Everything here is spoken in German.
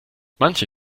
manche